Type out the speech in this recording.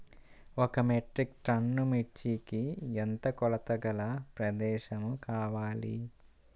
ఒక metric tonne మిర్చికి ఎంత కొలతగల ప్రదేశము కావాలీ?